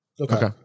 Okay